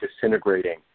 disintegrating